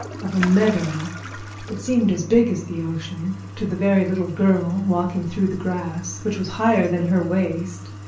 of a meadow that seemed as big as the ocean to the very little girl walking through the grass, which was higher than her waist.